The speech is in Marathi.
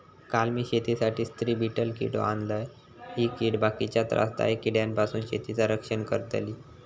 काल मी शेतीसाठी स्त्री बीटल किडो आणलय, ही कीड बाकीच्या त्रासदायक किड्यांपासून शेतीचा रक्षण करतली